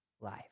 life